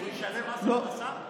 גדעון, גדעון, הוא ישלם מס הכנסה?